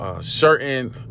Certain